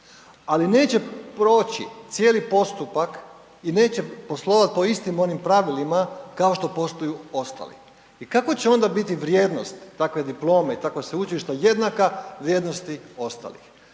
ali neće proći cijeli postupak i neće poslovat po istim onim pravilima kao što posluju ostali. I kako će onda biti vrijednost takve diplome i takvog sveučilišta jednaka vrijednosti ostalih?